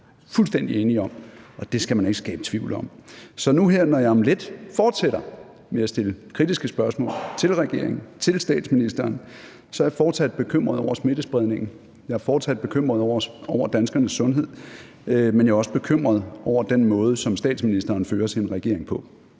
fuldstændig enige om, og det skal man ikke skabe tvivl om. Så nu her, når jeg om lidt fortsætter med at stille kritiske spørgsmål til regeringen, til statsministeren, er jeg fortsat bekymret over smittespredningen, jeg er fortsat bekymret over danskernes sundhed, men jeg er også bekymret over den måde, som statsministeren fører sin regering på.